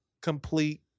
complete